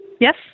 yes